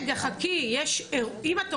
אבל